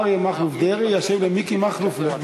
אריה מכלוף דרעי ישיב למיקי מכלוף לוי.